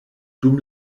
dum